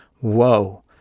whoa